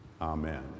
Amen